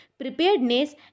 preparedness